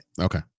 Okay